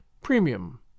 premium